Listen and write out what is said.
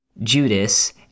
Judas